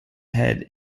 head